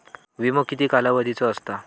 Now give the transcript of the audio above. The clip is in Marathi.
विमो किती कालावधीचो असता?